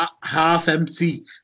Half-empty